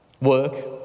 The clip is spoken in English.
work